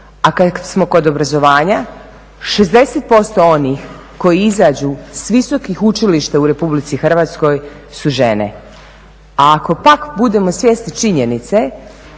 A kada smo kod obrazovanja, 60% onih koji izađu s visokih učilišta u RH su žene, a ako pak budemo svjesni činjenice